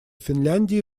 финляндии